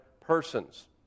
persons